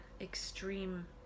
extreme